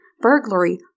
burglary